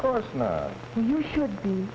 of course not you should